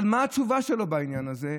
אבל מה התשובה שלו בעניין הזה?